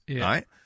right